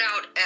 out